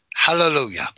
Hallelujah